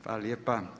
Hvala lijepa.